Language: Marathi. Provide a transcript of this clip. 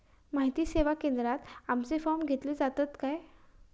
माहिती सेवा केंद्रात आमचे फॉर्म घेतले जातात काय?